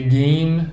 game